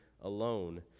alone